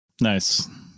Nice